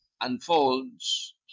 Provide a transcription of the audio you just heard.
unfolds